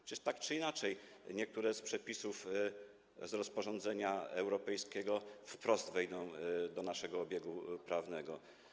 Przecież tak czy inaczej niektóre przepisy rozporządzenia europejskiego wprost wejdą do naszego obiegu prawnego.